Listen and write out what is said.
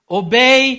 obey